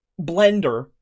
blender